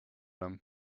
him